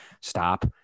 stop